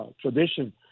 tradition